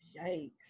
yikes